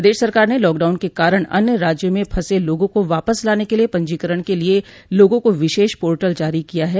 प्रदेश सरकार ने लॉकडाउन के कारण अन्य राज्यों में फंसे लोगों को वापस लाने के लिए पंजीकरण के लिए लोगों को विशेष पोर्टल जारी किया है